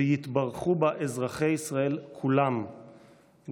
ויתברכו בה אזרחי ישראל כולם,